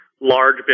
large